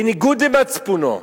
בניגוד למצפונו,